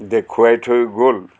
দেখুৱাই থৈ গ'ল